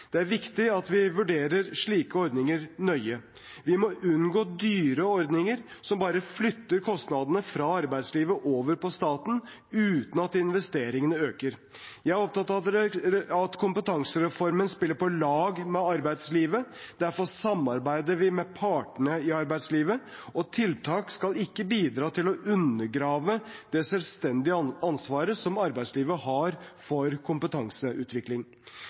Det er viktig at vi vurderer slike ordninger nøye. Vi må unngå dyre ordninger som bare flytter kostnadene fra arbeidslivet over på staten uten at investeringene øker. Jeg er opptatt av at kompetansereformen spiller på lag med arbeidslivet. Derfor samarbeider vi med partene i arbeidslivet, og tiltak skal ikke bidra til å undergrave det selvstendige ansvaret som arbeidslivet har for kompetanseutvikling.